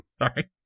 sorry